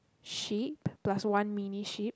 sheep plus one mini sheep